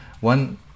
one